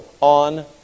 on